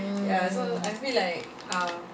mm